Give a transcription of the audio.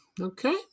okay